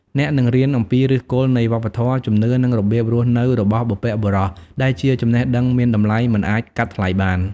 អ្នកនឹងរៀនអំពីឫសគល់នៃវប្បធម៌ ជំនឿ និងរបៀបរស់នៅរបស់បុព្វបុរស ដែលជាចំណេះដឹងមានតម្លៃមិនអាចកាត់ថ្លៃបាន។